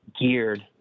geared